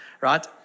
right